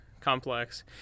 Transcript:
complex